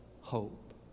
hope